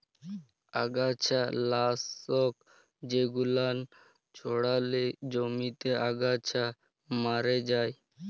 আগাছা লাশক জেগুলান ছড়ালে জমিতে আগাছা ম্যরে যায়